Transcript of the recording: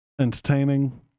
entertaining